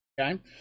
Okay